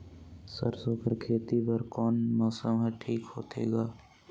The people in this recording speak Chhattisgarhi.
सरसो कर खेती बर कोन मौसम हर ठीक होथे ग?